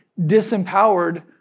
disempowered